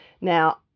Now